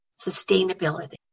sustainability